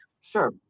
Sure